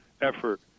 effort